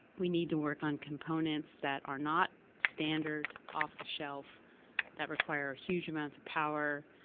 we need to work on components that are not standard off the shelf that require huge amounts of power,